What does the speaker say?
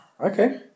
Okay